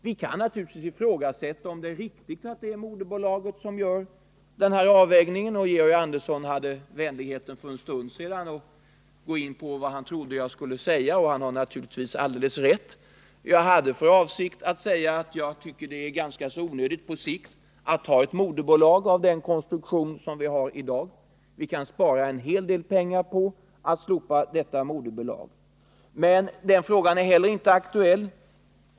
Vi kan naturligtvis ifrågasätta om det är riktigt att det är moderbolaget som skall göra avvägningen. Georg Andersson hade vänligheten att för en stund sedan beröra vad han trodde jag skulle säga i det här avseendet, och han har alldeles rätt: jag hade för avsikt att säga att jag tycker att det på sikt är ganska onödigt att ha ett moderbolag med den konstruktion som vi har i dag. Vi kan spara en hel del pengar på att slopa detta moderbolag. Men denna fråga är heller inte aktuell.